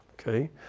okay